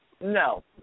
No